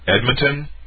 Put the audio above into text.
Edmonton